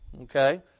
okay